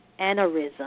aneurysm